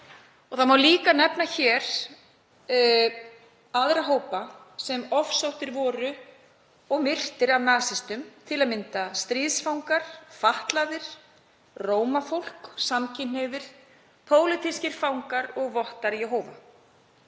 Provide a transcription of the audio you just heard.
Einnig má hér nefna aðra hópa sem ofsóttir voru og myrtir af nasistum, til að mynda stríðsfangar, fatlaðir, Rómafólk, samkynhneigðir, pólitískir fangar og vottar Jehóva.